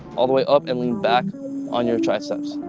all the way up and lean back on your triceps.